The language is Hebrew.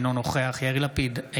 אינו נוכח יאיר לפיד,